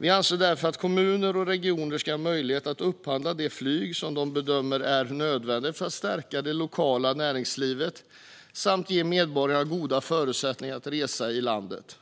Vi anser därför att kommuner och regioner ska ha möjlighet att upphandla det flyg som de bedömer är nödvändigt för att stärka det lokala näringslivet samt ge medborgarna goda förutsättningar att resa i landet.